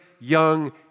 young